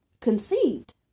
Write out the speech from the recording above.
conceived